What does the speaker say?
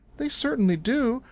they certainly do,